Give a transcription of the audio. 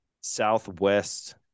southwest